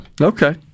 Okay